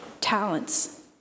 talents